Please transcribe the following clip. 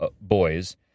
boys